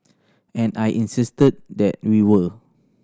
and I insisted that we were